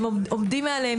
הם עומדים מעליהם,